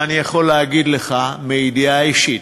ואני יכול להגיד לך מידיעה אישית,